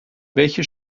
welche